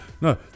no